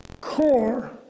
core